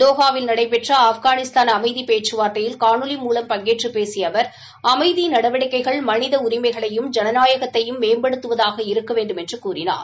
தோஹாவில் நடைபெற்ற ஆப்கானிஸ்தான் அமைதிப் பேச்சுவார்தையில் காணொலி மூலம் பங்கேற்று பேசிய அவர் அமைதி நடவடிக்கைகள் மனித உரிமைகளையும் ஜனநாயகத்தையும் மேம்படுத்துவதாக இருக்க வேண்டுமென்று கூறினார்